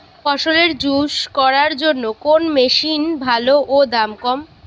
ফলের জুস করার জন্য কোন মেশিন ভালো ও দাম কম?